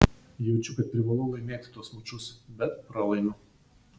jaučiu kad privalau laimėti tuos mačus bet pralaimiu